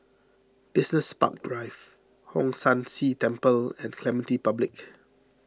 Business Park Drive Hong San See Temple and Clementi Public